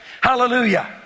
Hallelujah